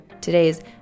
today's